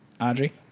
Audrey